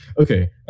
Okay